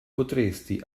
potresti